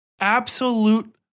Absolute